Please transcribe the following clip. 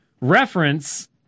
reference